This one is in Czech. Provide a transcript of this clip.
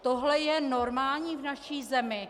Tohle je normální v naší zemi?